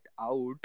out